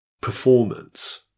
performance